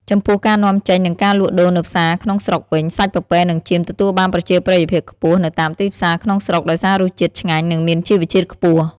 ចំពោះការនាំចេញនិងការលក់ដូរនៅផ្សារក្នុងស្រុកវិញ សាច់ពពែនិងចៀមទទួលបានប្រជាប្រិយភាពខ្ពស់នៅតាមទីផ្សារក្នុងស្រុកដោយសាររសជាតិឆ្ងាញ់និងមានជីវជាតិខ្ពស់។